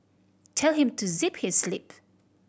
tell him to zip his lip